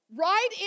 Right